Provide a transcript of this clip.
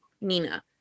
Nina